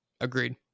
Agreed